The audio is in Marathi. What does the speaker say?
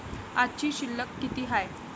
आजची शिल्लक किती हाय?